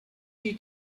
you